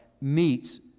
meets